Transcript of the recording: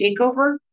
takeover